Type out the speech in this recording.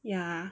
ya